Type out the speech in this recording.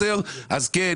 כן,